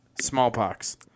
Smallpox